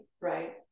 right